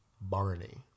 Barney